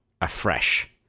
afresh